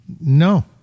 No